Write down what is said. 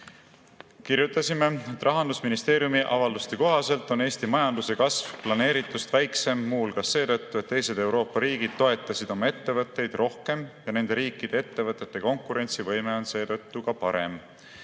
kirjutasime, et Rahandusministeeriumi avalduste kohaselt on Eesti majanduse kasv planeeritust väiksem, muu hulgas seetõttu, et teised Euroopa riigid toetasid oma ettevõtteid rohkem ja nende riikide ettevõtete konkurentsivõime on seetõttu ka parem.